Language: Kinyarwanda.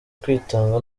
kwitanga